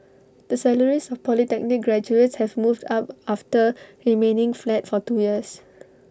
the salaries of polytechnic graduates have moved up after remaining flat for two years